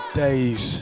days